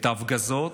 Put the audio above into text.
את ההפגזות.